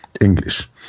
English